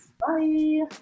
Bye